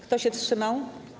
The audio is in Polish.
Kto się wstrzymał?